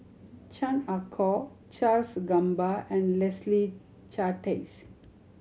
Chan Ah Kow Charles Gamba and Leslie Charteris